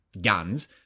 guns